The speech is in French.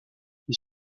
les